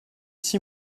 six